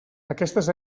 aquestes